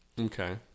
Okay